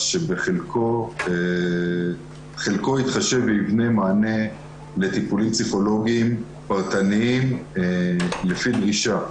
שחלקו יתחשב וייתן מענה לטיפולים פסיכולוגיים פרטניים לפי דרישה.